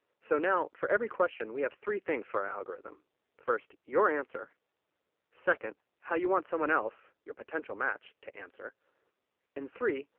so now, for every question, we have three things for our algorithm first, your answer second, how you want someone else your potential match to answer and third,